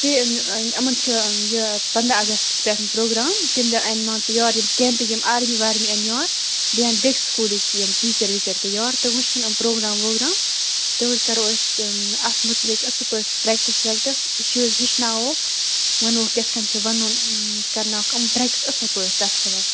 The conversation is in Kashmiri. یِمَن چھُ یہِ پَنٛدَہ اَگَستہٕ پٮ۪ٹھ پُروگرام تَمہِ دۄہ یِن مان ژٕ یور یِم کیٚمپٕکۍ آرمی وارمی یِن یور بیٚیہِ یِن بیکہِ سکوٗلٕکۍ یِم ٹیٖچَر ویٖچر تہٕ یور تہٕ وٕچھَن یِم پروگرام وروگرام توٚرۍ کَرو أس اَتھ مُتعلِق اَصٕل پٲٹھۍ پریٚکٹِس ویٚکٹِس شُرۍ ہیٚچھناوہوٚکھ وَنوٚکھ کِتھ کٕنۍ چھُ وَنُن کَرناوہوٚکھ یِم پرٛیٚکٹِس اَصٕل پٲٹھۍ تَتھ خٲطرٕ